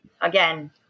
again